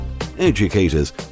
educators